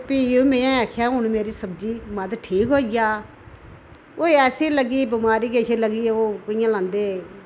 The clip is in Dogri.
भी में आखेआ हून मेरी सब्जी मद ठीक होइया ओह् ऐसी लग्गी बमारी किश लग्गी ओह् कि'यां लांदे